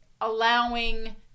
allowing